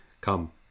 come